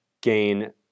gain